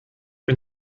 bin